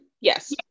Yes